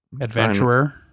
Adventurer